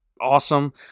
awesome